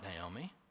Naomi